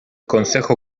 consejo